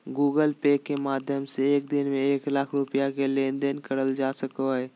Google Pay के माध्यम से एक दिन में एक लाख रुपया के लेन देन करल जा सको हय